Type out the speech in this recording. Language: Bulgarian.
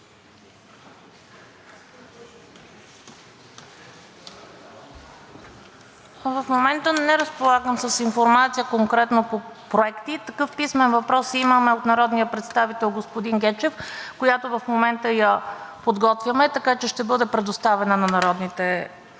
В момента не разполагам с информация конкретно по проекти. Такъв писмен въпрос имаме от народния представител господин Гечев, който в момента подготвяме, така че ще бъде предоставен на народните представители.